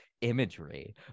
imagery